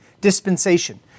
dispensation